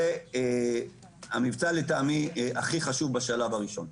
זה לטעמי המבצע הכי חשוב בשלב הראשון.